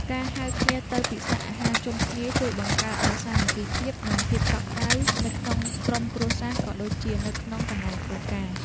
ការហៅគ្នាទៅពិសារអាហារជុំគ្នាជួយបង្កើតនូវសាមគ្គីភាពនិងភាពកក់ក្តៅនៅក្នុងក្រុមគ្រួសារក៏ដូចជានៅក្នុងកន្លែងធ្វើការ។